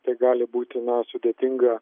tai gali būti na sudėtinga